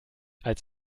als